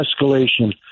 escalation